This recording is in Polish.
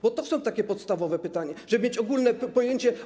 Bo to są takie podstawowe pytania, żeby mieć o tym ogólne pojęcie.